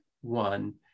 one